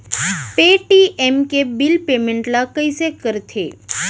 Paytm के bill payment ल कइसे करथे?